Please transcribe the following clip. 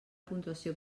puntuació